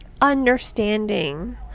understanding